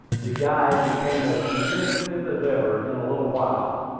the guide became as communicative as ever in a little while,